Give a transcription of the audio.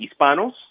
Hispanos